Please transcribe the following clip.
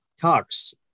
Cox